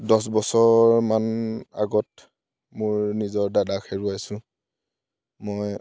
দহ বছৰমান আগত মোৰ নিজৰ দাদাক হেৰুৱাইছোঁ মই